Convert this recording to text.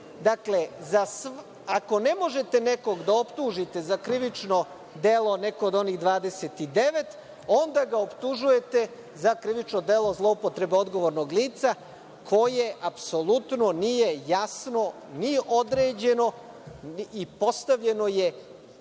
ako ne možete nekog da optužite za krivično delo, neko od onih 29, onda ga optužujete za krivično delo zloupotrebe odgovornog lica koja apsolutno nije jasno ni određeno i postavljeno je